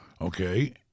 Okay